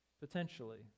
potentially